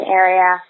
area